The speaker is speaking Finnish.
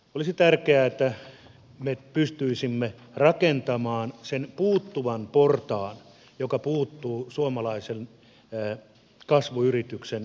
olisi tärkeää että me pystyisimme rakentamaan sen puuttuvan portaan joka puuttuu suomalaisen kasvuyrityksen pääsystä kasvamaan